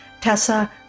Tessa